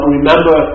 remember